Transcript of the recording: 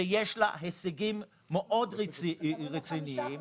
שיש לה הישגים מאוד רציניים --- אתם מדברים על 5%,